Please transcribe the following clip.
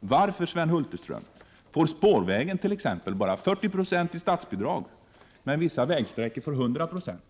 Varför, Sven Hulterström, får spårvägen t.ex. bara 40 90 statsbidrag medan vissa vägsträckor får 100 26?